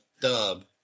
dub